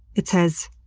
it says,